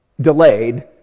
delayed